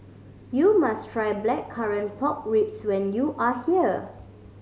you must try Blackcurrant Pork Ribs when you are here